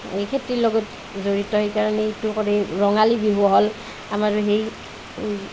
এই খেতিৰ লগত জড়িত সেইকাৰণে এইটো কৰে ৰঙালী বিহু হ'ল আমাৰ হেৰি